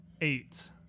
eight